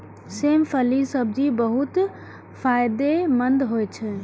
सेम फलीक सब्जी बहुत फायदेमंद होइ छै